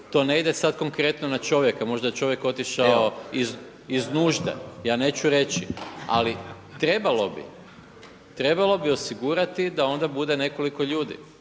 to ne ide sad konkretno na čovjeka. Možda je čovjek otišao iz nužde. Ja neću reći, ali trebalo bi. Trebalo bi osigurati da onda bude nekoliko ljudi